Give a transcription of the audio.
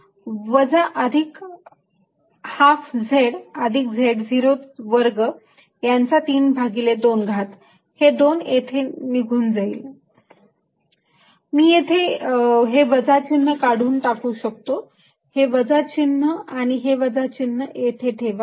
Vxyzq4π01x2y2z z02 1x2y2zz02q4π01s2z z02 1s2zz02 Ezxyz ∂V∂z q4π0 122z z0s2z z0232122zz0s2z z0232 मी येथे हे वजा चिन्ह काढून टाकू शकतो हे वजा चिन्ह आणि हे वजा चिन्ह इथे ठेवा